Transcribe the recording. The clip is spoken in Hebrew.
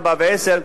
ארבע ועשר,